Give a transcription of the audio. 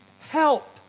help